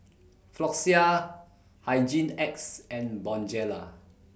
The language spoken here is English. Floxia Hygin X and Bonjela